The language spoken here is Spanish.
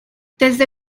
desde